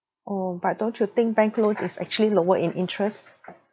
oh but don't you think bank loan is actually lower in interest